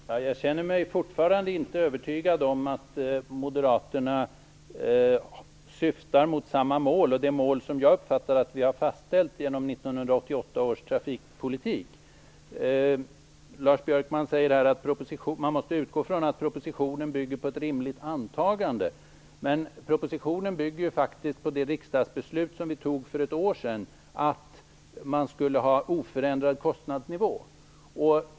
Herr talman! Jag känner mig fortfarande inte övertygad om att Moderaterna har det mål som jag uppfattat att vi har fastställt genom 1988 års trafikpolitiska beslut. Lars Björkman säger att man måste utgå från att propositionen bygger på ett rimligt antagande. Men propositionen bygger faktiskt på det riksdagsbeslut som vi fattade för ett år sedan om en oförändrad kostnadsnivå.